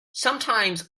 sometimes